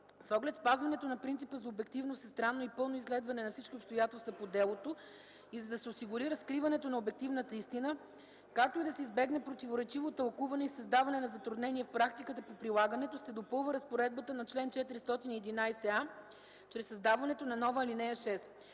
С оглед спазването на принципа за обективно, всестранно и пълно изследване на всички обстоятелства по делото и за да се осигури разкриването на обективната истина, както и да се избегне противоречиво тълкуване и създаване на затруднения в практиката по прилагането, се допълва разпоредбата на чл. 411а чрез създаването на нова ал. 6.